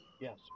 Yes